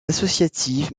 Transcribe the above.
associative